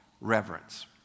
reverence